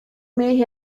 may